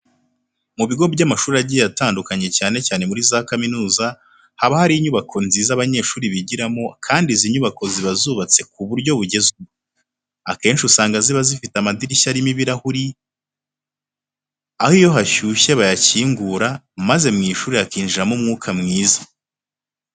Mu bigo by'amashuri agiye atandukanye cyane cyane muri za kaminuza haba hari inyubako nziza abanyeshuri bigiramo kandi izi nyubako ziba zubatse ku buryo bugezweho. Akenshi usanga ziba zifite amadirishya arimo ibirahuri, aho iyo hashyushye bayakingura maze mu ishuri hakinjiramo umwuka mwiza.